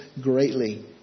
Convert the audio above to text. greatly